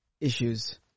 issues